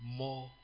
more